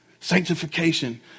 Sanctification